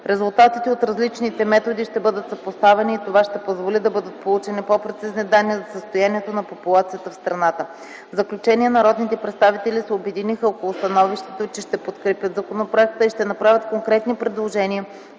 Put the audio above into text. Резултатите от различните методи ще бъдат съпоставени и това ще позволи да бъдат получени по-прецизни данни за състоянието на популацията в страната. В заключение народните представители се обединиха около становището, че ще подкрепят законопроекта и ще направят конкретни предложения,